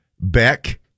Beck